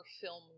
film